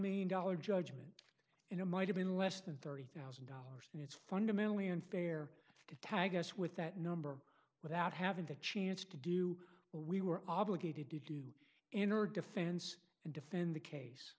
million dollars judgment in a might have been less than thirty thousand dollars and it's fundamentally unfair to tag us with that number without having the chance to do what we were obligated to do in our defense and defend the case